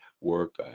work